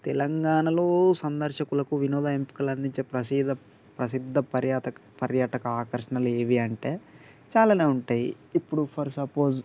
తెలంగాణాలో సందర్శకులకు వినోద ఎంపికలు అందించే ప్రసీద ప్రసిద్ధ పర్యాతక పర్యాటక ఆకర్షణలు ఏవి అంటే చాలా ఉంటాయి ఇప్పుడు ఫర్ సపోజ్